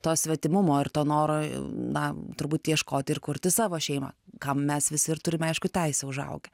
to svetimumo ir to noro namo turbūt ieškoti ir kurti savo šeimą ką mes visi ir turime aiškų teisę užaugę